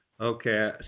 okay